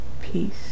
Peace